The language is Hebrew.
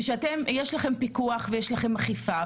יש לכם פיקוח ויש לכם אכיפה,